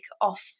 off